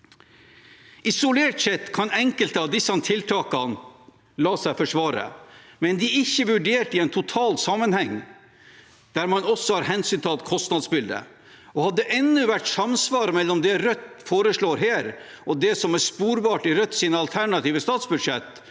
Isolert sett kan enkelte av disse tiltakene la seg forsvare, men de er ikke vurdert i en total sammenheng der man også har hensyntatt kostnadsbildet. Hadde det enda vært samsvar mellom det Rødt foreslår her, og det som er sporbart i Rødts alternative statsbudsjett,